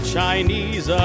Chinese